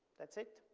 that's it.